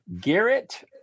Garrett